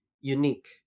unique